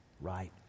right